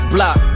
Block